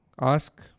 ask